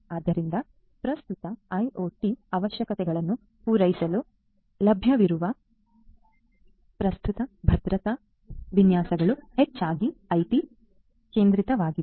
ಆದ್ದರಿಂದ ಪ್ರಸ್ತುತ ಐಒಟಿ ಅವಶ್ಯಕತೆಗಳನ್ನು ಪೂರೈಸಲು ಲಭ್ಯವಿರುವ ಪ್ರಸ್ತುತ ಭದ್ರತಾ ವಿನ್ಯಾಸಗಳು ಹೆಚ್ಚಾಗಿ ಐಟಿ ಕೇಂದ್ರಿತವಾಗಿವೆ